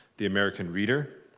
the american reader,